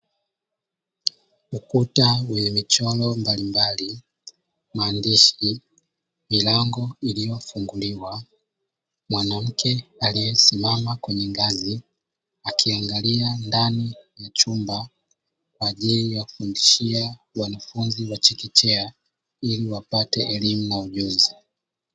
Ukuta wenye michoro mbalimbali, maandishi, milango iliyofunguliwa, mwanamke aliyesimama kwenye ngazi akiangalia ndani ya chumba kwa ajili ya kufundishia wanafunzi wa chekechea ili wapate elimu na ujuzi.